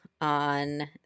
on